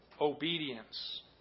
obedience